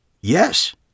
Yes